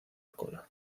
cola